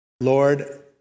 Lord